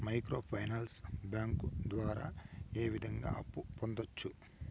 micro finance bank ద్వారా ఏ విధంగా అప్పు పొందొచ్చు